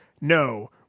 No